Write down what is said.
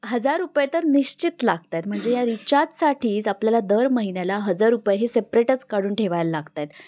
हजार रुपये तर निश्चित लागत आहेत म्हणजे या रिचार्जसाठीच आपल्याला दर महिन्याला हजार रुपये हे सेपरेटच काढून ठेवायला लागत आहेत